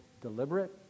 deliberate